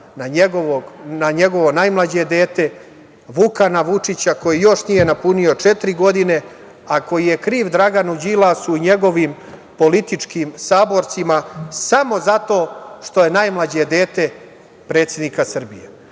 na njegovo najmlađe dete Vukana Vučića koji još nije napunio četiri godine, a koji je kriv Draganu Đilasu, njegovim političkim saborcima samo zato što je najmlađe dete predsednika Srbije.